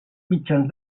mitjans